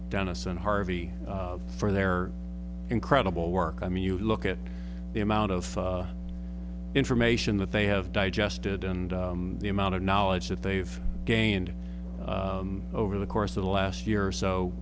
dennis and harvey for their incredible work i mean you look at the amount of information that they have digested and the amount of knowledge that they've gained over the course of the last year or so